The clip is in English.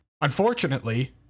Unfortunately